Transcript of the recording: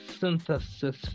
Synthesis